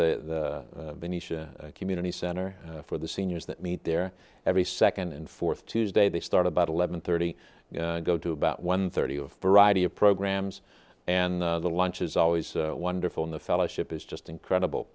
venetian community center for the seniors that meet there every second and fourth tuesday they start about eleven thirty go to about one thirty of variety of programs and the lunch is always wonderful and the fellowship is just incredible